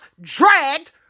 dragged